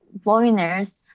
foreigners